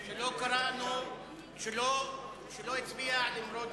שלא הצביע?